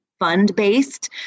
fund-based